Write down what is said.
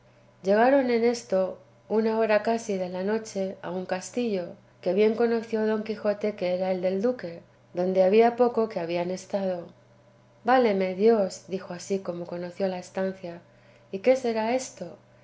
llegaron en esto un hora casi de la noche a un castillo que bien conoció don quijote que era el del duque donde había poco que habían estado váleme dios dijo así como conoció la estancia y qué será esto